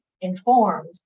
informed